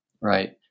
Right